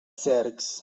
cercs